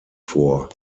vor